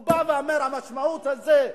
הוא בא ואומר: המשמעות הזאת,